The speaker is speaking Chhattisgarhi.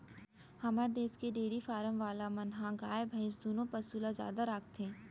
हमर देस के डेरी फारम वाला मन ह गाय भईंस दुनों पसु ल जादा राखथें